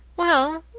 well,